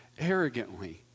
arrogantly